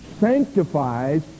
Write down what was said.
sanctifies